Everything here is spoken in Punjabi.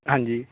ਹਾਂਜੀ